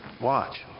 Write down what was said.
Watch